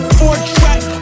four-track